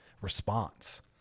response